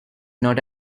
not